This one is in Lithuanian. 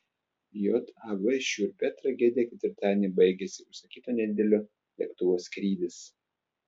jav šiurpia tragedija ketvirtadienį baigėsi užsakyto nedidelio lėktuvo skrydis